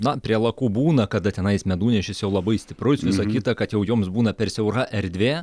na prie lakų būna kada tenais medunešis jau labai stiprus visa kita kad jau joms būna per siaura erdvė